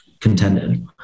contended